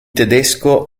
tedesco